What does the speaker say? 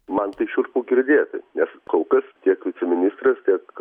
man tai šiurpu girdėti nes kol kas tiek viceministras tiek